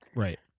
right.